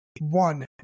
one